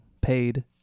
paid